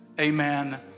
amen